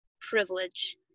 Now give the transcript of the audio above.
privilege